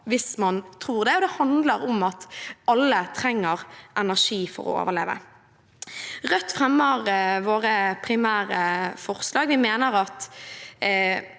hvis man tror det, og det handler om at alle trenger energi for å overleve. Jeg fremmer Rødts primære forslag. Vi mener at